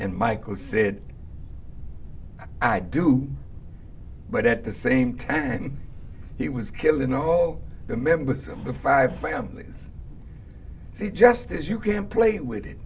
and michael said i do but at the same tan he was killing all the members of the five families he just is you can play with it